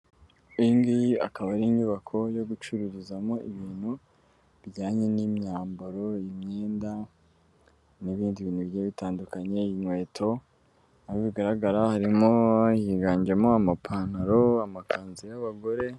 Iyi ngiyi akaba ari inyubako yo gucururizamo ibintu bijyanye n'imyambaro imyenda n'ibindi bigiye bitandukanye inkweto ahuko bigaragara harimo higanjemo amapantaro amakanzu y'abagore.